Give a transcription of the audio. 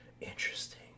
interesting